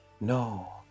No